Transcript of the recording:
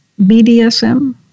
BDSM